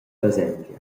baselgia